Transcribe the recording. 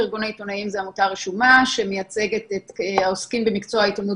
ארגון העיתונאים הוא עמותה רשומה שמייצגת את העוסקים במקצוע העיתונות